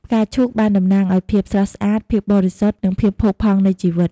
ផ្កាឈូកបានតំណាងឲ្យភាពស្រស់ស្អាត ភាពបរិសុទ្ធ និងភាពផូរផង់នៃជីវិត។